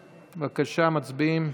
בבקשה, מצביעים.